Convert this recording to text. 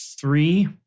three